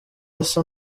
asa